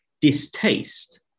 distaste